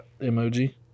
emoji